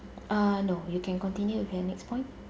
uh no you can continue with your next point